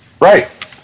Right